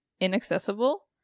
inaccessible